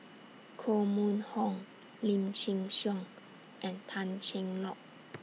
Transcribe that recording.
Koh Mun Hong Lim Chin Siong and Tan Cheng Lock